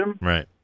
Right